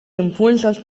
impulsos